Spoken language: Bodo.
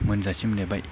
मोनजासिम नेबाय